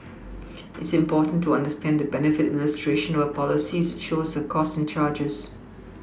it's important to understand the benefit illustration of a policy as it shows the costs and charges